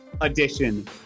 edition